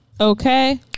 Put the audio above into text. Okay